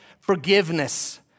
forgiveness